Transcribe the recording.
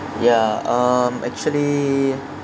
yeah um actually